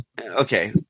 okay